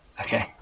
Okay